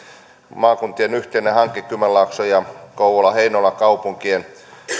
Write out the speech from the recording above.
maakuntien yhteinen hanke kymenlaakson ja kouvolan ja heinolan kaupunkien